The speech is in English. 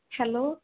hello